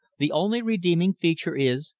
the only redeeming feature is,